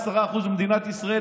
10% ממדינת ישראל,